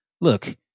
look